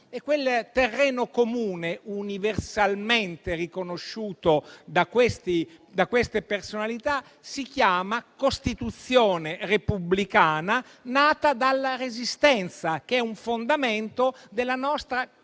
Quel terreno comune, universalmente riconosciuto da queste personalità, si chiama Costituzione repubblicana nata dalla Resistenza, che è un fondamento della nostra